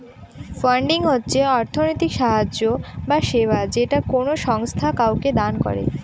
funding হচ্ছে অর্থনৈতিক সাহায্য বা সেবা যেটা কোনো সংস্থা কাউকে দান করে